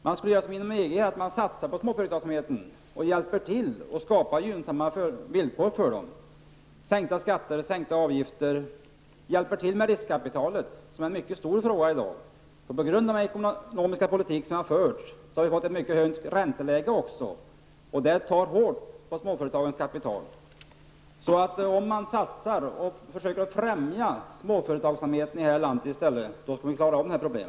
Man skulle göra som man gör inom EG, nämligen satsa på småföretagsamheten och hjälpa till att skapa gynnsamma villkor för den i form av sänkta skatter och sänkta avgifter och hjälpa till med riskkapital, som är en mycket stor fråga i dag. På grund av den ekonomiska politik som har förts har vi även fått ett mycket högt ränteläge. Och det tär hårt på småföretagens kapital. Om man i stället satsade på småföretagen och försökte främja småföretagsamheten i det här landet skulle man klara av dessa problem.